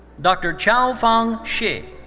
dr. chao-fang shih.